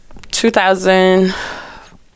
2000